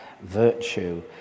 virtue